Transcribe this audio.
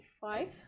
five